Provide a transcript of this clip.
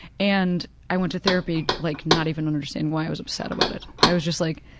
and i went to therapy like not even understanding why i was upset about it. i was just like,